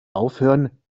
aufhören